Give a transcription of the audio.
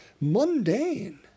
mundane